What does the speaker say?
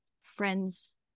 friend's